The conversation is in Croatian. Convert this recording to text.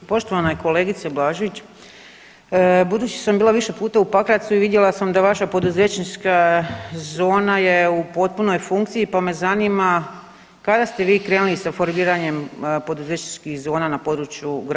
Poštovana kolegice Blažević, budući sam bila više puta u Pakracu i vidjela sam da vaša poduzetnička zona je u potpunoj funkciji, pa me zanima kada ste vi krenuli sa formiranjem poduzetničkih zona na području grada Pakraca?